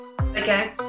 okay